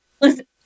Listen